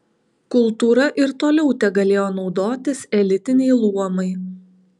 kultūra ir toliau tegalėjo naudotis elitiniai luomai